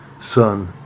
son